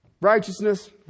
righteousness